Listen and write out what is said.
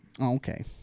okay